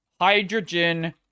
Hydrogen